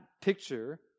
picture